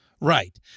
Right